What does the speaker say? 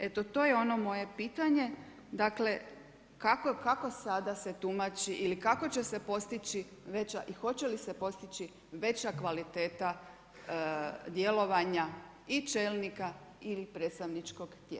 Evo to je ono moje pitanje dakle kako sada se tumači kako će se postići veća i hoće li se postići veća kvaliteta djelovanja i čelnika ili predstavničkog tijela.